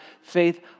faith